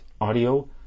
audio